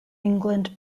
england